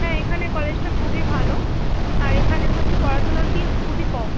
হ্যাঁ এখানের কলেজটা খুবই ভালো আর এখানে হচ্ছে পড়শোনোর ফিজ খুবই কম